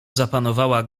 zapanowała